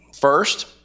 first